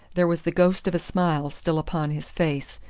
there was the ghost of a smile still upon his face,